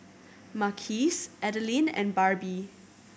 Marquis Adalyn and Barbie